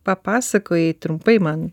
papasakojai trumpai man